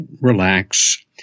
relax